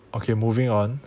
okay moving on